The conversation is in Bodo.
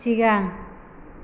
सिगां